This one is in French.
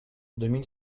mille